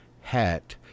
hat